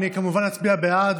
אני כמובן אצביע בעד,